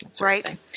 Right